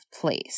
place